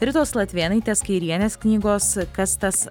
ritos latvėnaitės kairienės knygos kas tas